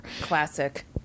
Classic